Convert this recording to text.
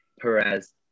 Perez